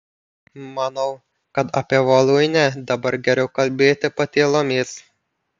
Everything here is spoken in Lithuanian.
manau kad apie voluinę dabar geriau kalbėti patylomis